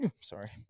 sorry